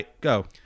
go